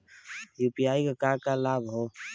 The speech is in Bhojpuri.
यू.पी.आई क का का लाभ हव?